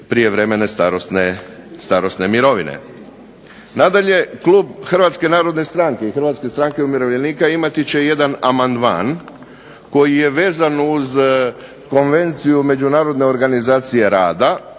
prijevremene starosne mirovine. Nadalje, klub Hrvatske narodne stranke i Hrvatske stranke umirovljenika imati će jedan amandman koji je vezan uz konvenciju Međunarodne organizacije rada